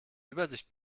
übersicht